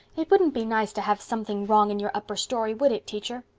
it wouldn't be nice to have something wrong in your upper story, would it, teacher?